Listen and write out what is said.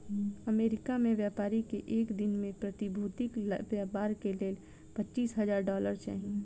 America में व्यापारी के एक दिन में प्रतिभूतिक व्यापार के लेल पचीस हजार डॉलर चाही